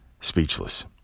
Speechless